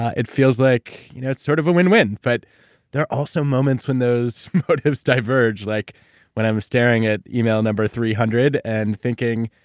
ah it feels like, you know it's sort of a win-win. but there are also moments when those motives diverge like when i'm staring at email number three hundred and thinking,